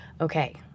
okay